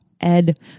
ed